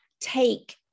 take